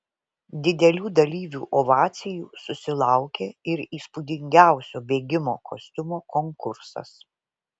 didelių dalyvių ovacijų susilaukė ir įspūdingiausio bėgimo kostiumo konkursas